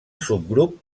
subgrup